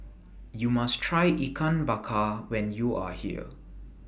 YOU must Try Ikan Bakar when YOU Are here